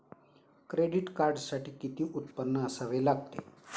Credit कार्डसाठी किती उत्पन्न असावे लागते?